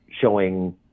showing